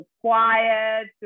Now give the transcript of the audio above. quiet